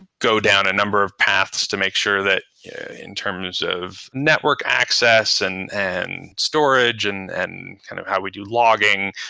go down a number of paths to make sure that in terms of network access and and storage and and kind of how we do logging,